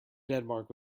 denmark